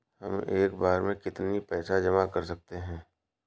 हम एक बार में कितनी पैसे जमा कर सकते हैं?